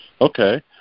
Okay